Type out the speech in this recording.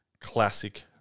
classic